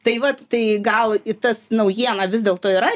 tai vat tai gal tas naujiena vis dėlto yra